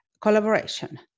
collaboration